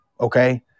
okay